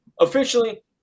Officially